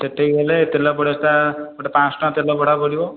ସେଠିକି ଗଲେ ତେଲ ଗୋଟେ ପାଞ୍ଚଶହ ଟଙ୍କା ତେଲ ଭଡ଼ା ପଡ଼ିବ